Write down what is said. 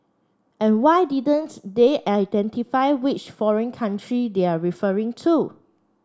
and why didn't they identify which foreign country they're referring to